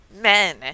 men